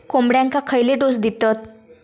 कोंबड्यांक खयले डोस दितत?